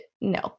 no